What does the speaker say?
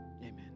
amen